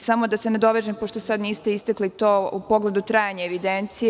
Samo da se nadovežem, pošto sada niste istakli to, u pogledu trajanja evidencije.